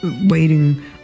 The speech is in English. waiting